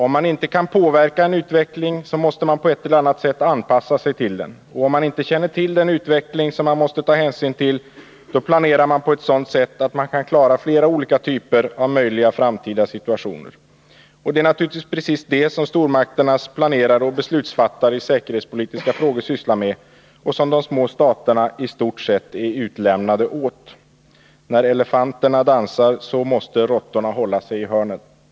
Om man inte kan påverka en utveckling, måste man på ett eller annat sätt anpassa sig till den. Och om man inte känner till den utveckling som man måste ta hänsyn till, planerar man på ett sådant sätt att man kan klara flera olika typer av möjliga framtida situationer. Det är precis detta som stormakternas planerare och beslutsfattare i säkerhetspolitiska frågor sysslar med och som de små staterna i stort sett är utlämnade åt. När elefanterna dansar, måste råttorna hålla sig i hörnen.